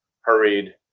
hurried